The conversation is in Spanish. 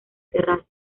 terraza